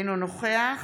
אינו נוכח